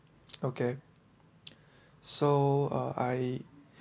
okay so uh I